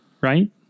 Right